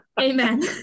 Amen